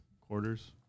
Quarters